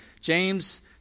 James